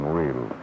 real